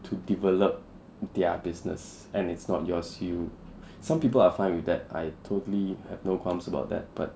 to develop their business and it's not yours you some people are fine with that I totally have no qualms about that but